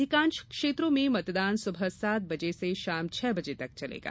अधिकांश क्षेत्रों में मतदान सुबह सात बजे से शाम छह बजे तक चलेगा